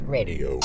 Radio